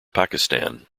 pakistan